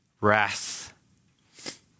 wrath